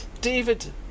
David